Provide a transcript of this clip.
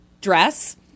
dress